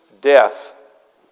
Death